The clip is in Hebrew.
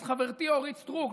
אז חברתי אורית סטרוק,